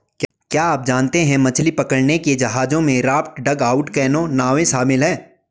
क्या आप जानते है मछली पकड़ने के जहाजों में राफ्ट, डगआउट कैनो, नावें शामिल है?